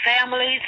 families